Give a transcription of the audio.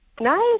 Nice